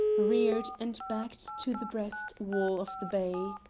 reared, and backed to the breast wall of the bay.